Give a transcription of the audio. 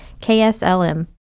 KSLM